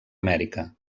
amèrica